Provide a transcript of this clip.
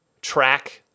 track